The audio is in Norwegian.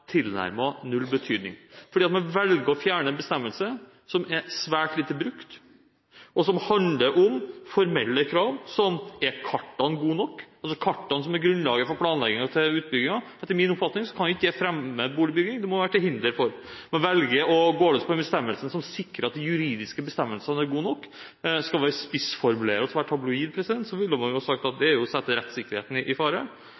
tilnærmet null betydning, fordi man velger å fjerne en bestemmelse som er svært lite brukt, og som handler om formelle krav som: Er kartene gode nok? Det er kartene som er grunnlaget for utbyggernes planlegging. Etter min oppfatning kan ikke det fremme boligbygging, det må være til hinder for det. Man velger å gå løs på den bestemmelsen som sikrer at de juridiske bestemmelsene er gode nok. Skal vi spissformulere oss og være tabloide, ville man sagt at det er å sette rettssikkerheten i fare.